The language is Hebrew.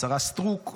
השרה סטרוק.